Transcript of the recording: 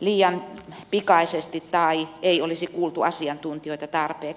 liian pikaisesti tai ei olisi kuultu asiantuntijoita tarpeeksi